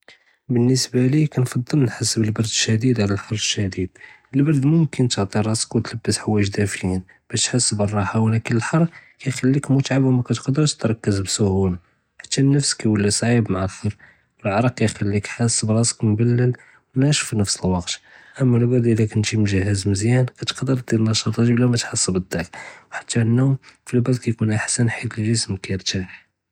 באלנسبة לי כנפעל נהס בלאברד אשליד עלא אלחר אשליד. אלברד מוכן תדפי ראסק ותלבס חוואיג דאפיין בש תחס בלהרה, ולקין אלחר כיחליק מתעב ומכתדרש תרכז בסהולה. חתא אלנפס כיוולי סעיב מעא אלחר, ואלערק כיחליק חאס בראסק מבלאל ונסף פי נפס אלוואקט. אמה אלברד אלא קנטי מוג'הז מזיין כתקדר דיר נשטאתכ בלא מתחס בלהדיק. וחתא אלנום פי אלברד כיכון אחסן חית אלג'סם כירתאח.